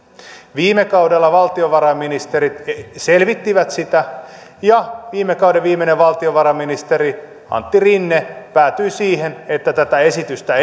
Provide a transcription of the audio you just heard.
viime kaudella valtiovarainministerit selvittivät sitä ja viime kauden viimeinen valtiovarainministeri antti rinne päätyi siihen että tätä esitystä